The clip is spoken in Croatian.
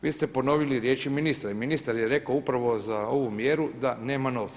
Vi ste ponovili riječi ministra i ministar je rekao upravo za ovu mjeru da nema novca.